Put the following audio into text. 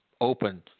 open